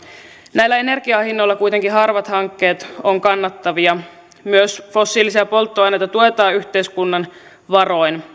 näillä energian hinnoilla kuitenkin harvat hankkeet ovat kannattavia ja myös fossiilisia polttoaineita tuetaan yhteiskunnan varoin